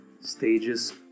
stages